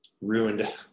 ruined